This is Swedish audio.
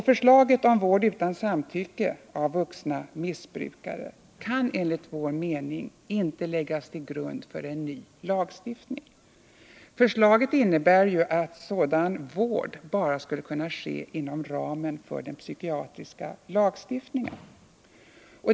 Förslaget om vård utan samtycke av vuxna missbrukare kan enligt vår mening inte läggas till grund för en ny lagstiftning. Förslaget innebär att sådan vård endast skulle kunna ske inom ramen för den psykiatriska lagstiftningen.